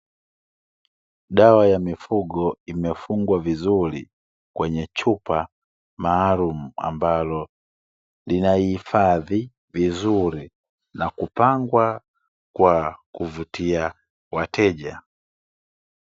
Dawa ya mifugo imefungwa vizuri kwenye chupa maalumu, ambalo linahifadhi vizuri na kupangwa kwa kuvutia wateja.